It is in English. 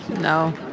No